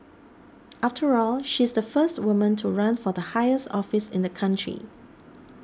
after all she's the first woman to run for the highest office in the country